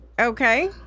okay